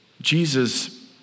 Jesus